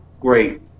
great